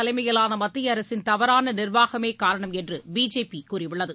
தலைமையிலான மத்திய அரசின் தவறான நிர்வாகமே காரணம் என்று பிஜேபி கூறியுள்ளது